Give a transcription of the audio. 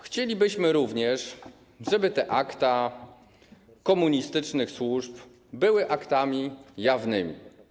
Chcielibyśmy również, żeby akta komunistycznych służb były aktami jawnymi.